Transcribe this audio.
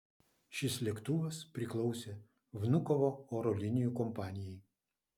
šis lėktuvas priklausė vnukovo oro linijų kompanijai